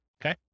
Okay